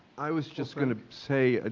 i was just going to say,